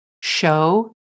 show